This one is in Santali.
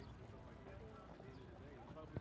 ᱯᱮ